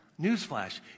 newsflash